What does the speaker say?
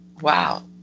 wow